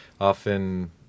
often